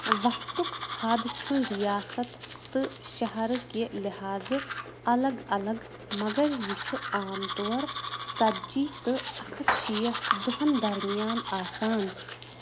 وقتُک حد چھُ رِیاست تہٕ شہرٕ کہِ لحاظٕ الگ الگ مگر یہِ چھُ عام طور ژتجی تہٕ اَکھ ہَتھ شیٹھ دۄہن درمیان آسان